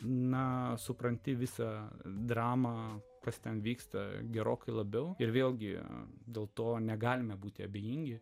na supranti visą dramą kas ten vyksta gerokai labiau ir vėlgi dėl to negalime būti abejingi